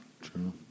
true